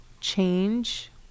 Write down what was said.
change